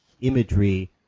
imagery